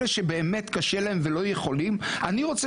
אלה שבאמת קשה להם ולא יכולים אני רוצה